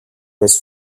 his